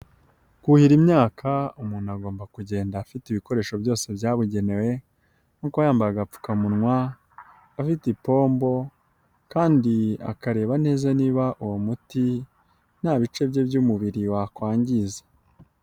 Kuhira imyaka umuntu agomba kugenda afite ibikoresho byose byabugenewe nkuko yambaye agapfukamunwa ,afite ipombo, kandi akareba neza niba uwo muti nta bice bye by'umubiri wakwangiza.